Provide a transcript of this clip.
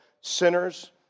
sinners